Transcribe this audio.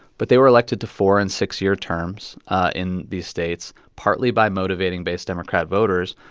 but they were elected to four and six-year terms in these states partly by motivating base democrat voters.